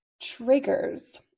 triggers